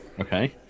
okay